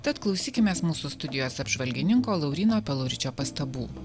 tad klausykimės mūsų studijos apžvalgininko lauryno pastabų